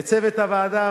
לצוות הוועדה,